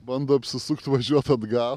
bando apsisukt važiuoti atgal